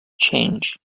change